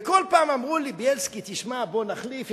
וכל פעם אמרו לי: בילסקי, תשמע, בוא נחליף.